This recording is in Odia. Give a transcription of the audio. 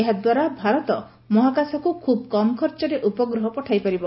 ଏହାଦ୍ୱାରା ଭାରତ ମହାକାଶକୁ ଖୁବ୍ କମ୍ ଖର୍ଚ୍ଚରେ ଉପଗ୍ରହ ପଠାଇପାରିବ